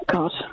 God